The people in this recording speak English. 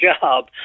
job